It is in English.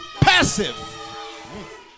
passive